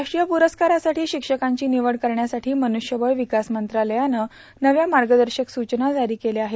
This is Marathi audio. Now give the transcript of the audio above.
राष्ट्रीय प्ररस्कारासाठी शिक्षकांची निवड करण्यासाठी मन्रष्यबळ विकास मंत्रालयानं नव्या मार्गदर्शक सूचना जारी केल्या आहेत